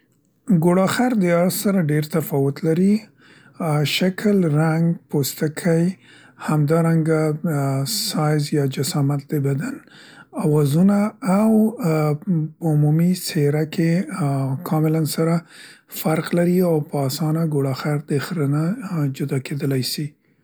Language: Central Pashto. ګوړاخر د اس سره ډير تفاوت لري، ا شکل، رنګ، پوستکی همدارنګه ا سایز یا جسامت د بدن، اوازونه او ام په عمومي څيره کې کاملاً سره فرق لري او په اسانه ګوړاخر د خره نه جدا کیدلی سي.